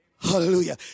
Hallelujah